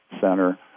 center